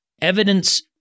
evidence